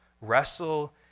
Wrestle